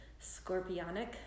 scorpionic